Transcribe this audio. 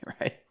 right